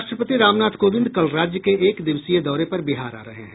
राष्ट्रपति रामनाथ कोविंद कल राज्य के एक दिवसीय दौरे पर बिहार आ रहे हैं